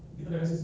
mm